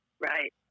Right